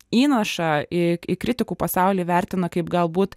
įnašą į į kritikų pasaulį vertina kaip galbūt